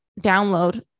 download